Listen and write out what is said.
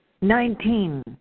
Nineteen